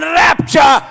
rapture